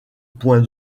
point